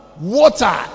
water